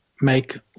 make